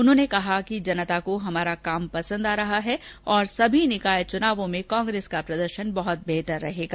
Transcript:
उन्होंने कहा कि जनता को हमारा काम पसंद आ रहा है और सभी निकाय चूनावों में कांग्रेस का प्रदर्शन बहत बेहतर रहेगा